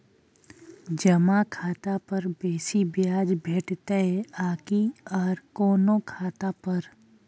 जमा खाता पर बेसी ब्याज भेटितै आकि आर कोनो खाता पर?